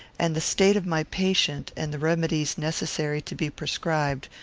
and the state of my patient, and the remedies necessary to be prescribed,